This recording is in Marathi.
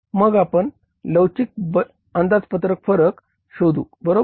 मग आपण लवचिक अंदाजपत्रक फरक शोधू बरोबर